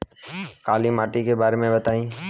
काला माटी के बारे में बताई?